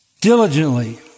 diligently